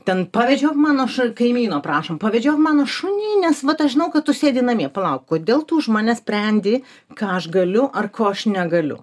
ten pavedžiau mano kaimyno prašom pavedžiok mano šunį nes vat aš žinau kad tu sėdi namie palauk kodėl tu už mane sprendi ką aš galiu ar ko aš negaliu